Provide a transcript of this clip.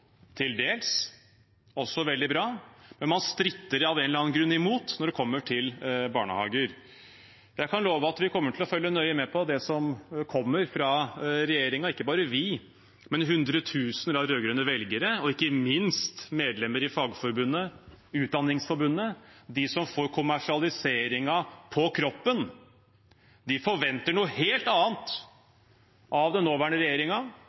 også veldig bra. Men man stritter av en eller annen grunn imot når det gjelder barnehager. Jeg kan love at vi kommer til å følge nøye med på det som kommer fra regjeringen – ikke bare vi, men hundretusener av rød-grønne velgere og ikke minst medlemmer i Fagforbundet, Utdanningsforbundet, de som merker kommersialiseringen på kroppen. De forventer noe helt annet av den nåværende